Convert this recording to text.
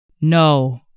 no